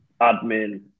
admin